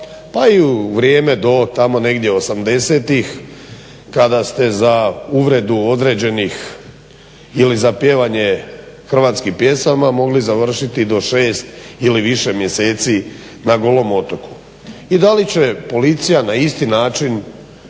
pa i u vrijeme do tamo negdje '80-ih kada ste za uvredu određenih ili za pjevanje hrvatskih pjesama mogli završiti do 6 ili više mjeseci na Golom otoku. I da li će Policija na isti način